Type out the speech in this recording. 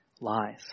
lies